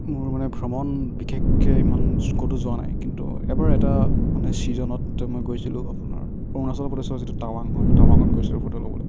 মোৰ মানে ভ্ৰমণ বিশেষকৈ ইমান ক'তো যোৱা নাই কিন্তু এবাৰ এটা মানে চিজ'নত মই গৈছিলোঁ আপোনাৰ অৰুণাচল প্ৰদেশৰ যিটো টাৱাং হয় টাৱাঙত গৈছিলোঁ ফটো ল'বলৈ